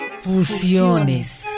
FUSIONES